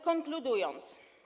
Konkludując.